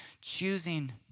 choosing